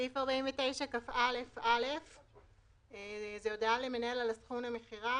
סעיף 49כא(א) ו-(ג)(2);" זו הודעה למנהל על הסכום למכירה.